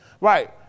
Right